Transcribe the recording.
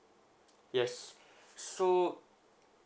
yes so